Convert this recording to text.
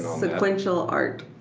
sequential art.